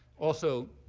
also,